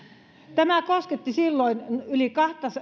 tämä kosketti silloin yli